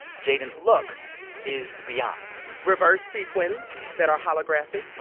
jaidynn's look is beyond reverse sequins that are holographic, ah